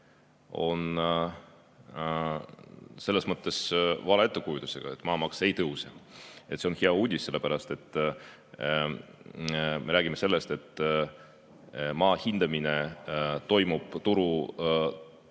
on selles mõttes vale ettekujutusega, et maamaks ei tõuse. See on hea uudis. Me räägime sellest, et maa hindamine toimub